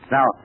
Now